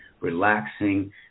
relaxing